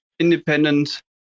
Independent